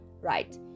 right